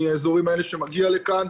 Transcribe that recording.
מהאזורים האלה שמגיע לכאן.